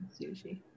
sushi